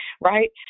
Right